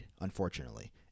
unfortunately